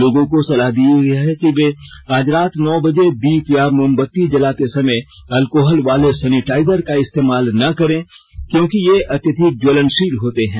लोगों को सलाह दी गई है कि वे आज रात नौ बजे दीप या मोमबती जलाते समय अल्कोहल वाले सेनीटाइजर का इस्तेमाल न करे क्योंकि ये अत्यधिक ज्वलनशील होते हैं